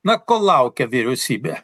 na ko laukia vyriausybė